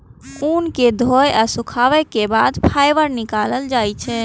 ऊन कें धोय आ सुखाबै के बाद फाइबर निकालल जाइ छै